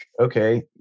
okay